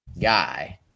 guy